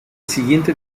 siguiente